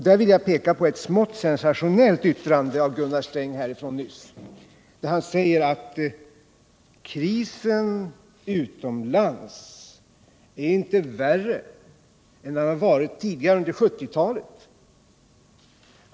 Där vill jag peka på ett smått sensationellt yttrande av Gunnar Sträng från denna talarstol nyss, nämligen att krisen utomlands inte är värre än den har varit tidigare under 1970-talet.